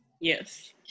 yes